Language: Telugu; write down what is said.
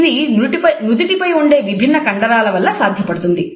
ఇది నుదుటిపై ఉండె విభిన్న కండరాల వలన సాధ్యపడుతుంది